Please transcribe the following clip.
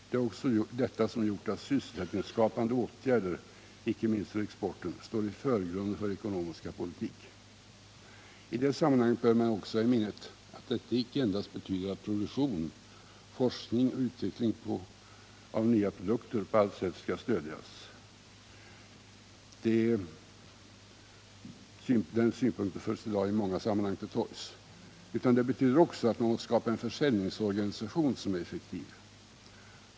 Det är också detta som gjort att sysselsättningsskapande åtgärder, icke minst för exporten, står i förgrunden för vår ekonomiska politik. I det sammanhanget bör man också ha i minnet att detta icke endast betyder att produktion, forskning och utveckling av nya produkter på allt sätt skall stödjas, synpunkter som i dag i många sammanhang förs till torgs, utan det betyder också att man måste skapa en försäljningsorganisation som är effektiv.